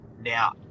Now